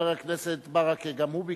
חבר הכנסת ברכה גם הוא ביקש,